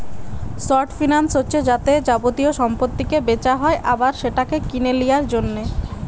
short finance হচ্ছে যাতে যাবতীয় সম্পত্তিকে বেচা হয় আবার সেটাকে কিনে লিয়ার জন্যে